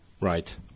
Right